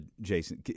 Jason